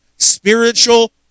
spiritual